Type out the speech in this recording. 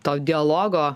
to dialogo